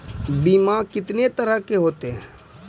बीमा कितने तरह के होते हैं?